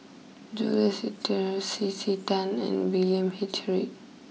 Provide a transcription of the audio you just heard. Jules Itier C C Tan and William H Read